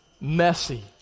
messy